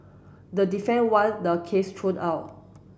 the defence want the case thrown out